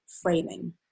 framing